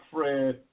Fred